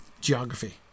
Geography